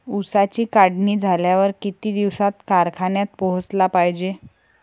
ऊसाची काढणी झाल्यावर किती दिवसात कारखान्यात पोहोचला पायजे?